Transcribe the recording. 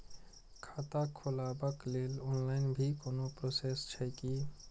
खाता खोलाबक लेल ऑनलाईन भी कोनो प्रोसेस छै की?